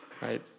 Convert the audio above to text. Right